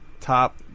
top